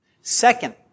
Second